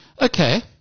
Okay